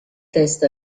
test